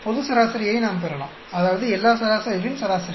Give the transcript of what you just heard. பொது சராசரியை நாம் பெறலாம் அதாவது எல்லா சராசரிகளின் சராசரி